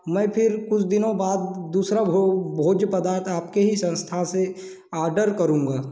मैं फिर कुछ दिनों बाद दूसरा भोज्य पदार्थ आपके ही संस्था से आर्डर करूँगा